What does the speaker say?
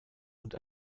und